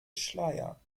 schleier